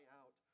out